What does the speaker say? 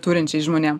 turinčiais žmonėm